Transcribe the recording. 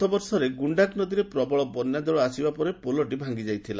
ଗତବର୍ଷରେ ଗୁକ୍କାକ ନଦୀରେ ପ୍ରବଳ ବନ୍ୟା ଜଳ ଆସିବା ପରେ ପୋଲଟି ଭାଙ୍ଗି ଯାଇଥିଲା